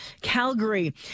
Calgary